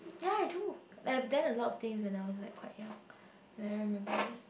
ya I do I've done a lot of things when I was like quite young then I remember them